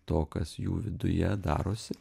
to kas jų viduje darosi